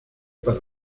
para